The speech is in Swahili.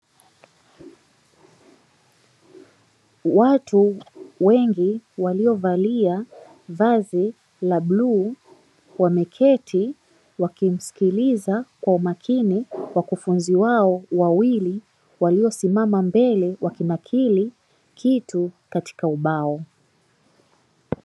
Watu wengi waliovalia vazi la bluu, wameketi wakimsikiliza kwa umakini wakufunzi wao wawili, waliosimama mbele wakinakiri kitu katika ubao.